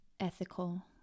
Ethical